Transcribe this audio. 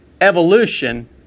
evolution